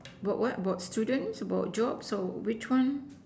bout what bout students about jobs or which one